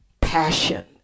passion